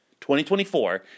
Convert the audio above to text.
2024